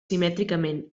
simètricament